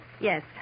Yes